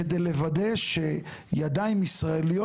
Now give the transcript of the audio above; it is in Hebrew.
כדי לוודא שידיים ישראליות,